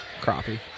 Crappie